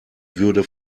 würde